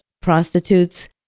prostitutes